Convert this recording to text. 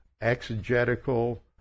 exegetical